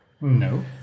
No